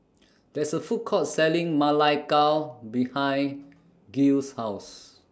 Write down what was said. There IS A Food Court Selling Ma Lai Gao behind Giles' House